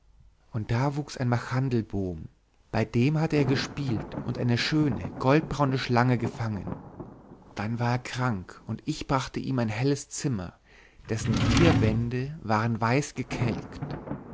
und da wuchs ein machandelboom bei dem hatte er gespielt und eine schöne goldbraune schlange gefangen dann war er krank und ich brachte ihm ein helles zimmer dessen vier wände waren